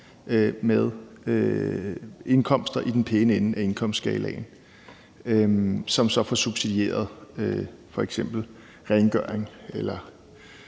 med indkomster i den pæne ende af indkomstskalaen, som så får subsidieret f.eks. rengøring,